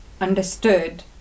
understood